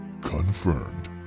confirmed